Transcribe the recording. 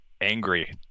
angry